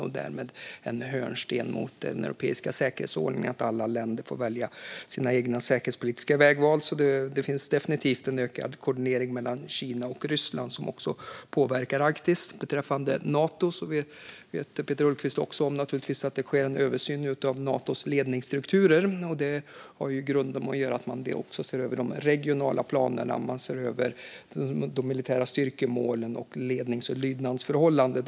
Detta går emot hörnstenen i den europeiska säkerhetsordningen, att alla länder får göra sina egna säkerhetspolitiska vägval. Det finns definitivt en ökad koordinering mellan Kina och Ryssland som också påverkar Arktis. Beträffande Nato vet Peter Hultqvist också att det sker en översyn av Natos ledningsstrukturer. Detta har i grunden att göra med att man också ser över de regionala planerna liksom de militära styrkemålen och lednings och lydnadsförhållandena.